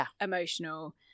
emotional